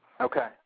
Okay